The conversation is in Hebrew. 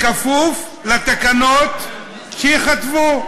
בכפוף לתקנות שייכתבו.